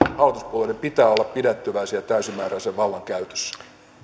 hallituspuolueiden pitää olla pidättyväisiä täysimääräisen vallan käytössä